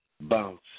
bounce